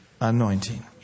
anointing